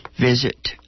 visit